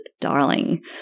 Darling